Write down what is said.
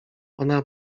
ona